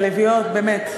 הלביאות, באמת.